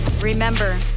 Remember